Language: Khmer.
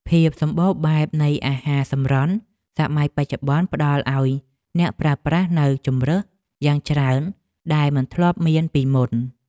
ភាពសម្បូរបែបនៃអាហារសម្រន់សម័យបច្ចុប្បន្នផ្តល់ឱ្យអ្នកប្រើប្រាស់នូវជម្រើសយ៉ាងច្រើនដែលមិនធ្លាប់មានពីមុន។